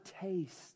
taste